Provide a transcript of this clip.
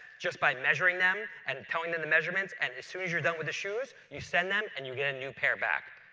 just by measuring them and and telling them the measurements and as soon as you're done with the shoes, you send them and you get a new pair back.